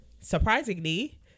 surprisingly